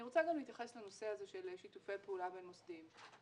אני רוצה להתייחס לנושא של שיתופי פעולה בין-מוסדיים.